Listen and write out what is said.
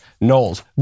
Knowles